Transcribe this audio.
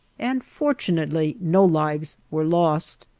and fortunately no lives were lost.